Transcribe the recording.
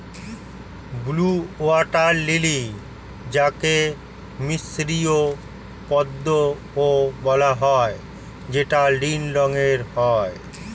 blue water lily যাকে মিসরীয় পদ্মও বলা হয় যেটা নীল রঙের হয়